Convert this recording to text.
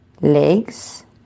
legs